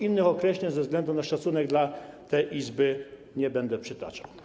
Innych określeń ze względu na szacunek dla tej Izby nie będę przytaczał.